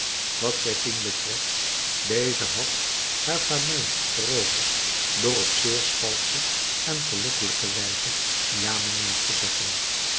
wat zephine betreft deze had haar fameuil veroverd door op zeer schalksche en verlokkelijke wijze ja mijnheer te zeggen